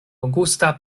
bongusta